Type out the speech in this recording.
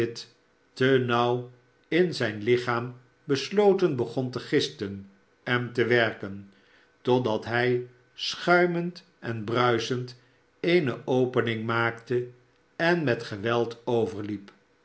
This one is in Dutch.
nauw in zijn lichaam besloten begon te gisten en te werken totdat hij schuimend en bruisend eene opening maakte en met geweld